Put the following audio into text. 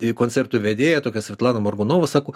koncertų vedėja tokia svetlana morgunova sako